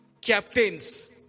captains